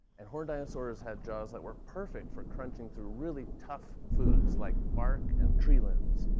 and horned dinosaurs had jaws that were perfect for crunching through really tough foods like bark and tree limbs.